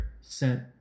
sent